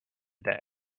day